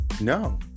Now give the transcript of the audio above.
no